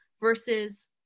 versus